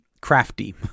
crafty